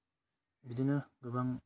बिदिनो गोबां